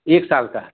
एक साल का